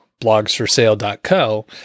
blogsforsale.co